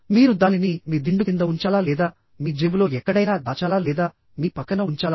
మీరు దానిని మీ దిండు కింద ఉంచాలా లేదా మీ జేబులో ఎక్కడైనా దాచాలా లేదా మీ పక్కన ఉంచాలా